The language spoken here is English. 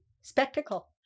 Spectacle